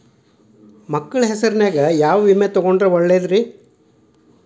ಮಕ್ಕಳ ಹೆಸರಿನ್ಯಾಗ ಯಾವ ವಿಮೆ ತೊಗೊಂಡ್ರ ಒಳ್ಳೆದ್ರಿ?